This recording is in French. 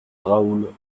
raoul